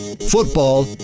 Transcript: football